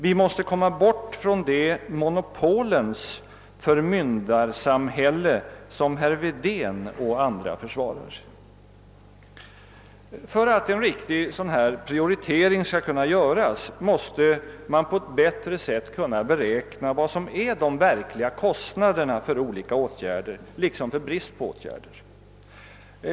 Vi måste komma bort från det monopolens förmyndarsamhälle som herr Wedén och andra försvarar. För att en riktig prioritering skall kunna göras måste man på ett bättre sätt kunna beräkna vad som är de verkliga kostnaderna för olika åtgärder liksom för brist på åtgärder.